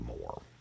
more